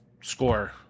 score